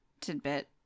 tidbit